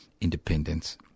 independence